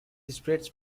spreads